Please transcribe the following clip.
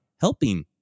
helping